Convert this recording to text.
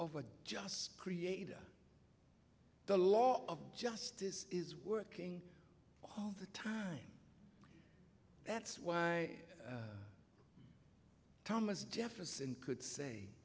a just creator the law of justice is working all the time that's why thomas jefferson could say